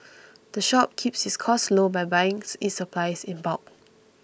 the shop keeps its costs low by buying its supplies in bulk